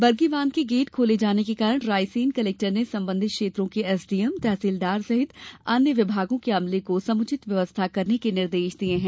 बरगी बांध के गेट खोले जाने के कारण रायसेन कलेक्टर ने संबंधित क्षेत्रों के एसडीएम तहसीलदार सहित अन्य विभागों के अमले को समुचित व्यवस्था करने के निर्देश दिए हैं